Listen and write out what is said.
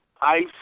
ice